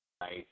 Nice